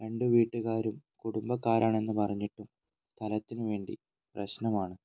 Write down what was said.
രണ്ട് വീട്ടുകാരും കുടുംബക്കാരാണെന്ന് പറഞ്ഞിട്ട് സ്ഥലത്തിന് വേണ്ടി പ്രശ്നമാണ്